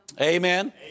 Amen